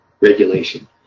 regulation